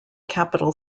capital